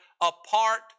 apart